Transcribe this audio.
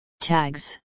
Tags